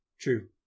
True